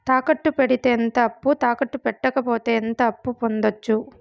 తాకట్టు పెడితే ఎంత అప్పు, తాకట్టు పెట్టకపోతే ఎంత అప్పు పొందొచ్చు?